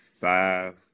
five